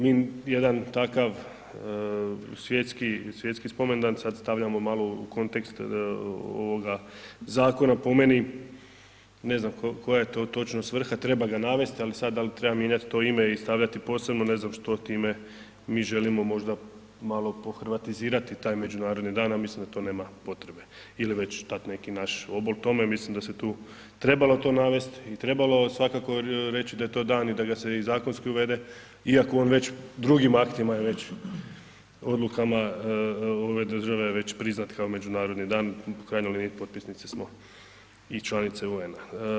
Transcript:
Mi jedan takav svjetski spomendan sad stavljamo malo u kontekst ovoga zakona, po meni ne znam koja je to točno svrha, treba ga navesti ali sad dal treba mijenjat to ime i stavljati posebno ne znam što time mi želimo možda malo pohrvatizirati taj međunarodni dan, a mislim da to nema potrebe ili već dati neki naš obol tome, mislim da se tu trebalo to navest i trebalo svakako reći da je to dan i da ga se i zakonski uvede iako on već drugim aktima je već, odlukama ove države priznat kao međunarodni dan u krajnjoj liniji potpisnici smo i članice UN-a.